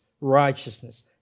righteousness